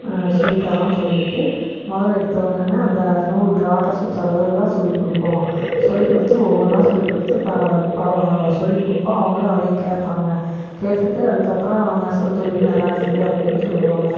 சொல்லித் தரோம்னு சொல்லிட்டு முதல்ல எடுத்தவுன்னேமே அந்த நூல் ராட்டை சுற்றுறது தான் சொல்லி கொடுப்போம் சொல்லி கொடுத்து ஒவ்வொன்றா சொல்லி கொடுத்து இப்போ சொல்லி கொடுப்போம் அவர்களும் அதை கேட்பாங்க கேட்டுகிட்டு அதுக்கப்புறம் நெசவு தொழில் நல்லாயிருக்குது அப்படின்னு சொல்லுவாங்க